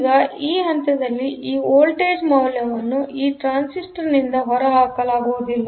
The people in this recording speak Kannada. ಈಗ ಈ ಹಂತದಲ್ಲಿ ಈ ವೋಲ್ಟೇಜ್ ಮೌಲ್ಯವನ್ನುಈ ಟ್ರಾನ್ಸಿಸ್ಟರ್ ನಿಂದ ಹೊರಹಾಕಲಾಗುವುದಿಲ್ಲ